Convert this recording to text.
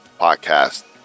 Podcast